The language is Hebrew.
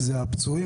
זה הפצועים,